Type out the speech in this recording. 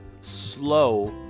slow